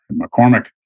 McCormick